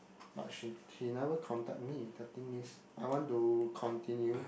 but she he never contact me the thing is I want to continue